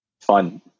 fun